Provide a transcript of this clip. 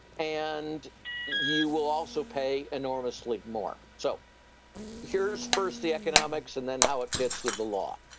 and you will also pay enormously more. so here is first the economics and then, how it fits with the law.